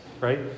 right